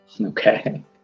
okay